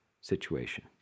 situation